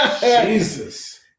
Jesus